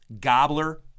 gobbler